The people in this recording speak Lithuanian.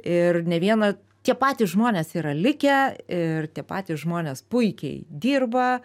ir ne vieną tie patys žmonės yra likę ir tie patys žmonės puikiai dirba